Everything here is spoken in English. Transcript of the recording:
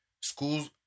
schools